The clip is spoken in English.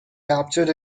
captured